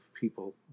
people